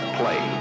play